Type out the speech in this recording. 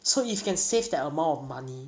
so if you can save that amount of money